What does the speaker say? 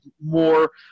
more